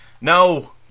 no